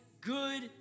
good